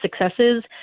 successes